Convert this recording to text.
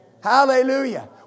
Hallelujah